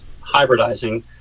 hybridizing